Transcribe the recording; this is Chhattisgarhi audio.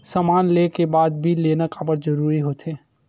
समान ले के बाद बिल लेना काबर जरूरी होथे?